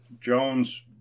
Jones